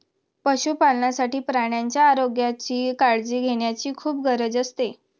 पशुपालनासाठी प्राण्यांच्या आरोग्याची काळजी घेण्याची खूप गरज असते